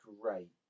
great